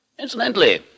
Incidentally